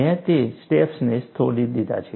મેં તે સ્ટેપ્સને છોડી દીધાં છે